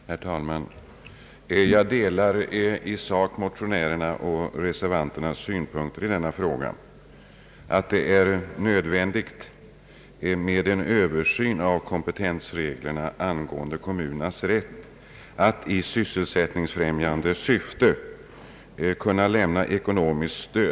Herr talman! Jag delar i sak motionärernas och reservanternas synpunkter i denna fråga, att det är nödvändigt med en översyn av kommunernas kompetens att i sysselsättningsfrämjande syfte lämna ekonomiskt stöd.